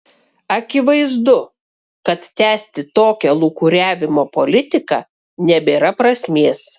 akivaizdu kad tęsti tokią lūkuriavimo politiką nebėra prasmės